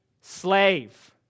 slave